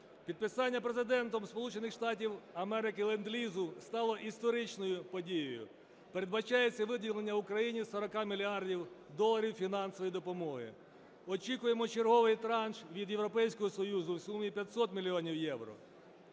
Штатів Америки ленд-лізу стало історичною подією. Передбачається виділення Україні 40 мільярдів доларів фінансової допомоги. Очікуємо черговий транш від Європейського Союзу в сумі 500 мільйонів євро.